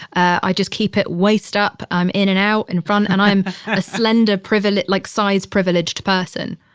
i just keep it waist up. i'm in and out in front and i am a slender, privilege, like size privileged person,